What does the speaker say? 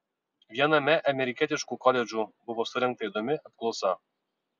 viename amerikietiškų koledžų buvo surengta įdomi apklausa